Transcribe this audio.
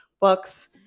books